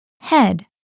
Head